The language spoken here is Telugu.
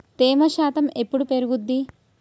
తేమ శాతం ఎప్పుడు పెరుగుద్ది?